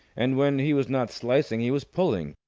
and, when he was not slicing, he was pulling.